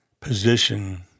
position